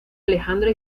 alejandra